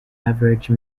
average